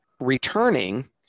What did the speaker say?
returning